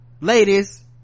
Ladies